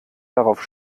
darauf